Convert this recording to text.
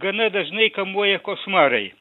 gana dažnai kamuoja košmarai